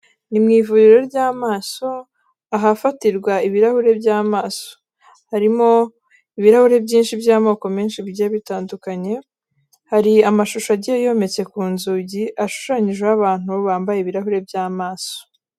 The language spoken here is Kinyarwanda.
Ni mu ivuriro ry'amaso, ahafatirwa ibirahure by'amaso. Harimo ibirahure byinshi by'amoko menshi bigiye bitandukanye, hari amashusho agiye yometse ku nzugi, ashushanyijeho abantu, bambaye ibirahure by'amaso.